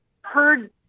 heard